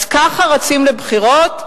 אז ככה רצים לבחירות?